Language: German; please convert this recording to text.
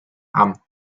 hamm